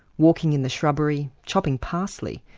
walking in the shrubbery, chopping parsley.